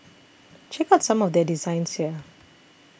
check out some of their designs here